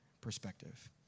perspective